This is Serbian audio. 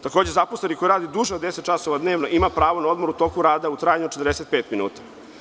Takođe, zaposleni koji radi duže od 10 časova dnevno ima pravo na odmor u toku rada u trajanju od 45 minuta.